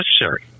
necessary